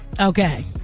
Okay